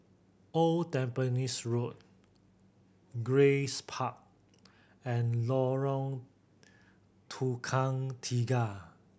Old Tampines Road Grace Park and Lorong Tukang Tiga